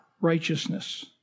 righteousness